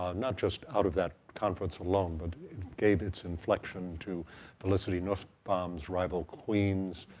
um not just out of that conference alone, but gave its inflection to felicity nussbaum's rival queens,